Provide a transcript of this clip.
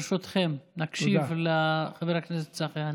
ברשותכם, נקשיב לחבר הכנסת צחי הנגבי.